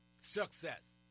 success